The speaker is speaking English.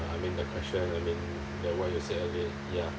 I mean the question I mean ya what you said earlier ya